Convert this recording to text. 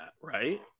right